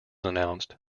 announced